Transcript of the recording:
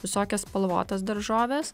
visokias spalvotas daržoves